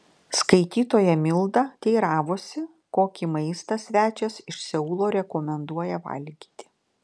skaitytoja milda teiravosi kokį maistą svečias iš seulo rekomenduoja valgyti